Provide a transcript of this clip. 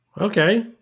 Okay